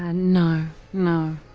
and no. no.